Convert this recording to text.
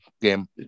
game